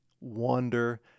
wonder